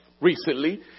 recently